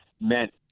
meant